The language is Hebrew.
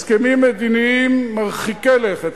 הסכמים מדיניים מרחיקי לכת,